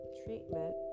treatment